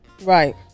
right